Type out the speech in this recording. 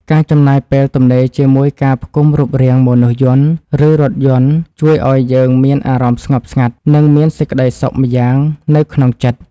ការចំណាយពេលទំនេរជាមួយការផ្គុំរូបរាងមនុស្សយន្ត ឬរថយន្តជួយឱ្យយើងមានអារម្មណ៍ស្ងប់ស្ងាត់ និងមានសេចក្ដីសុខម្យ៉ាងនៅក្នុងចិត្ត។